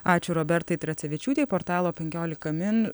ačiū robertai tracevičiūtei portalo penkiolika min